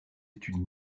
études